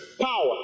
power